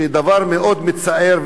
דבר מאוד מצער,